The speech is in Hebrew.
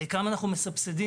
כמה אנו מסבסדים,